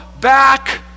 back